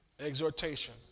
exhortation